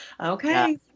okay